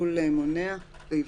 טיפול מונע ואבחון.